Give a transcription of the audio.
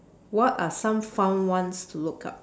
what are some fun ones to look up